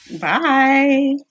Bye